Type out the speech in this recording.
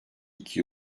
iki